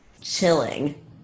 chilling